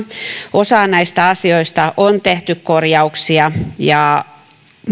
osaan näistä asioista on tehty korjauksia ja